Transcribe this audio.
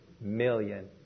million